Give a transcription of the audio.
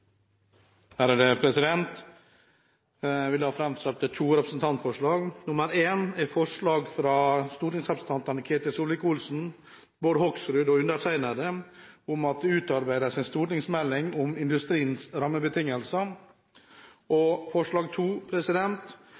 Jeg vil framsette to representantforslag. Det første er på vegne av stortingsrepresentantene Ketil Solvik-Olsen, Bård Hoksrud og meg selv om at det utarbeides en stortingsmelding om industriens rammebetingelser.